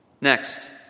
Next